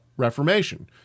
reformation